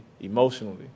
emotionally